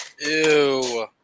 Ew